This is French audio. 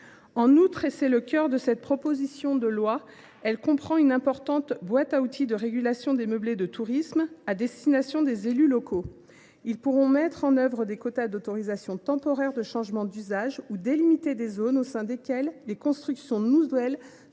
En outre, et c’est le cœur de cette proposition de loi, elle offre aux élus locaux une importante boîte à outils de régulation des meublés de tourisme. Ceux ci pourront instaurer des quotas d’autorisation temporaire de changement d’usage ou délimiter des zones au sein desquelles les constructions nouvelles